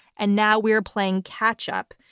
and now we are playing catch-up.